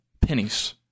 pennies